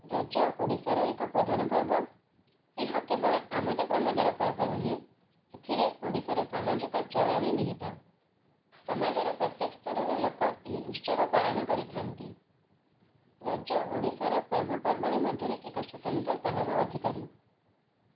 ରଜ ଓଡ଼ିଶାର ଏକ ପ୍ରଧାନ ପର୍ବ ଏହା କେବଳ ଆମୋଦ ପ୍ରମୋଦର ପର୍ବ ନୁହେଁ ଏଥିରେ ଓଡ଼ିଶାର ସାମାଜିକ ଚଳଣି ନିହିତ ସମାଜର ପ୍ରତ୍ୟେକ ସ୍ତରର ଲୋକ ଏହି ଉତ୍ସବ ପାଳନ କରିଥାଆନ୍ତି ରଜ ଓଡ଼ିଶାର ପର୍ବପର୍ବାଣୀ ମଧ୍ୟରେ ଏକ ସ୍ୱତନ୍ତ୍ର ସ୍ଥାନର ଅଧିକାରୀ